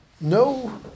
no